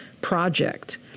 project